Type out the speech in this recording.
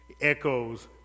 Echoes